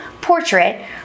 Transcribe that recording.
portrait